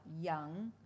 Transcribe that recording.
young